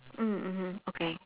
mm mmhmm okay